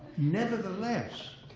nevertheless,